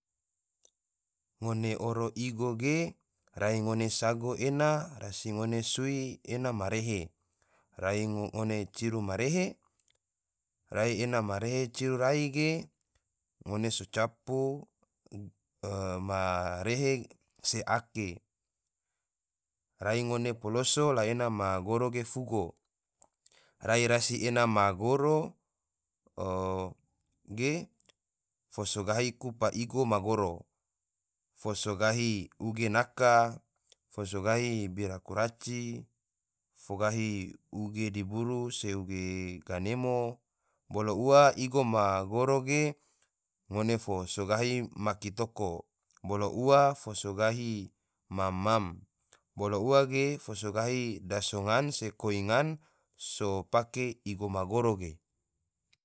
Ngone oro igo ge, rai ngone sago ena, rasi ngone sui ena ma rehe, rai ngone ciru ma rehe, rai ena ma rehe ciru rai ge ngone so capu ma rehe se ake, rai ngone poloso la ena ma goro ge fugo, rai rasi ena ma goro ge fo so gahi kupa igo ma goro, fo so gahi ugge naka, fo so gahi bira kuraci, fo gahi uge diburu, se uge ganemo, bolo ua igo ma goro ge ngone fo so gahi magi toko, bolo ua fo so gahi mam-mam, bolo ua ge fo so daso ngan, se koi ngan, so pake igo ma goro ge.